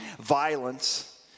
violence